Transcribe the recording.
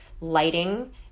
lighting